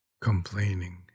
complaining